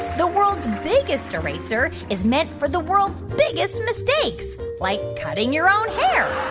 the world's biggest eraser is meant for the world's biggest mistakes, like cutting your own hair,